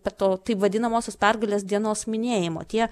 be to taip vadinamosios pergalės dienos minėjimo tie